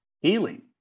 healing